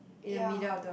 ya